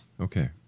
Okay